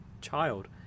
child